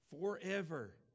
forever